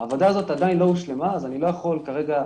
העבודה הזאת עדיין לא הושלמה, אז אני לא יכול כרגע